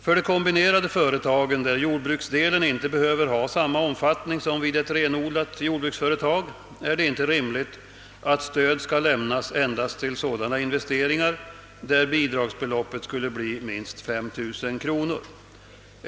För de kombinerade företagen — där jordbruksdelen inte behöver ha samma omfattning som vid ett renodlat jordbruksföretag — är det inte rimligt att stöd skall lämnas endast till sådana investeringar där bidragsbeloppet skulle bli minst 5000 kronor.